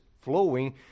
flowing